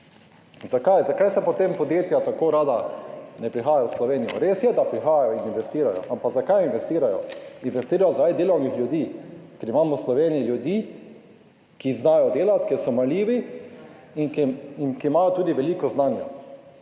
zakaj, zakaj potem podjetja tako nerada prihajajo v Slovenijo? Res je, da prihajajo in investirajo. Ampak zakaj investirajo? Investirajo zaradi delovnih ljudi, ker imamo v Sloveniji ljudi, ki znajo delati, ki so marljivi in ki imajo tudi veliko znanja,